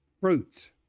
Fruits